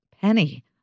penny